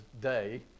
Day